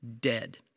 dead